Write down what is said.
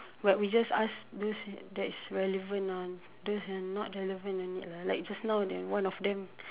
but we just ask those that's relevant lah those are not relevant don't need lah like just now there's one of them